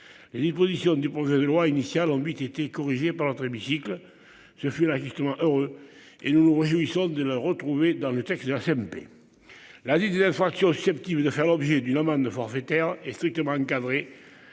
Les dispositions du projet de loi initial en huit été corrigée par notre hémicycle. Ce fut là justement heureux et nous nous réjouissons de le retrouver dans le texte de la CMP. La des infractions susceptibles de faire l'objet d'une amende forfaitaire est strictement encadrée